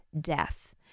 death